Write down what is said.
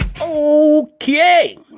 Okay